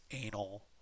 anal